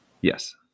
Yes